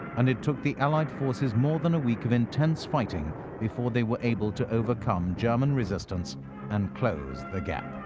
and it took the allied forces more than a week of intense fighting before they were able to overcome german resistance and close the gap.